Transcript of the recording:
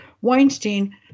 Weinstein